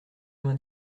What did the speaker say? vingt